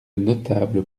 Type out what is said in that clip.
notable